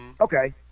okay